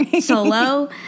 solo